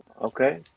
Okay